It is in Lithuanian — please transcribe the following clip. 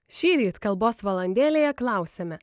šįryt kalbos valandėlėje klausiame